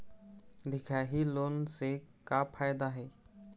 दिखाही लोन से का फायदा हे?